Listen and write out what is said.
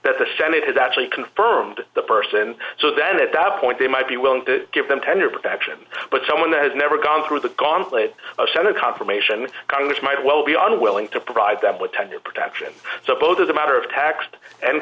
that the senate has actually confirmed the person so then at that point they might be willing to give them tenure protection but someone that has never gone through the gauntlet of senate confirmation congress might well be unwilling to provide them with tenure protection so both as a matter of taxed and